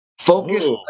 Focus